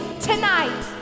tonight